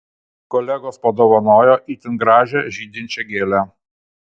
kolegos padovanojo itin gražią žydinčią gėlę